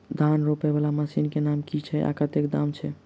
धान रोपा वला मशीन केँ नाम की छैय आ कतेक दाम छैय?